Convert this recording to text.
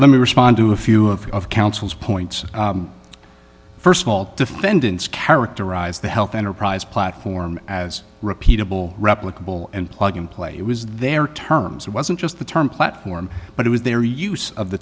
let me respond to a few of your of counsel's points first of all defendants characterize the health enterprise platform as repeatable replicable and plug and play it was their terms it wasn't just the term platform but it was their use of the